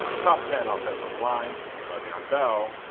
top ten offensive line, le'veon bell,